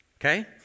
Okay